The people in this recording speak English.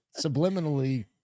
subliminally